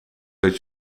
dat